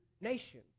nation